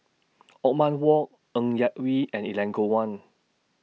Othman Wok Ng Yak Whee and Elangovan